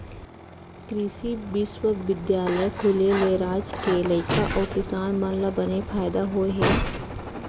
कृसि बिस्वबिद्यालय खुले ले राज के लइका अउ किसान मन ल बने फायदा होय हे